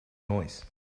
noise